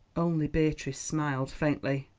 only beatrice smiled faintly.